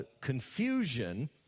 confusion